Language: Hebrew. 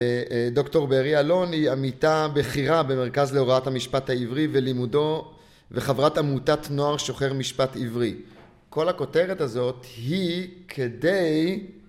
דוקטור ברי אלון היא עמיתה בכירה במרכז להוראת המשפט העברי ולימודו וחברת עמותת נוער שוחר משפט עברי. כל הכותרת הזאת היא כדי...